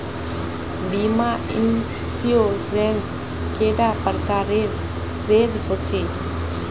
बीमा इंश्योरेंस कैडा प्रकारेर रेर होचे